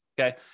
okay